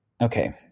Okay